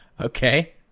Okay